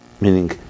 meaning